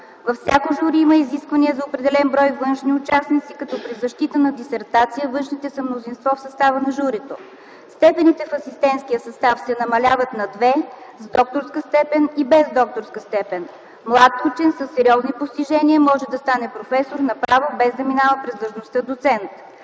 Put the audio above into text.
Във всяко жури има изисквания за определен брой външни участници, като при защита на дисертация външните са мнозинство в състава на журито. Степените в асистентския състав се намаляват на две, с докторска степен и без докторска степен. Млад учен със сериозни постижения може да стане професор направо, без да минава през длъжността „доцент”.